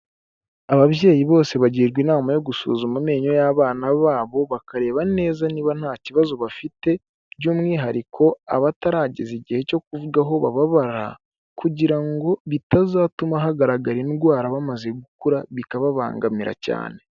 Ababyeyi bose bagirwa inama yo gusuzuma amenyo y'abana babo, bakareba neza niba nta kibazo bafite, by'umwihariko abatararageza igihe cyo kuvuga aho bababara kugira ngo bitazatuma hagaragara indwara bamaze gukura, bikababangamira cyane.